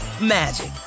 magic